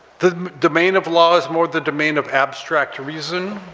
the domain of law is more the domain of abstract reason,